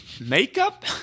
Makeup